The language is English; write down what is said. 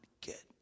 get